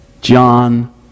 John